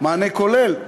מענה כולל.